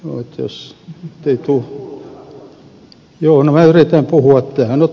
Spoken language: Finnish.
joo no minä yritän puhua mikrofoniin